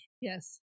Yes